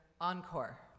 encore